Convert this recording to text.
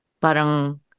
parang